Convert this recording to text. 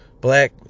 black